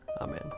Amen